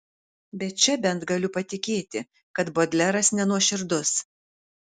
bet čia bent galiu patikėti kad bodleras nenuoširdus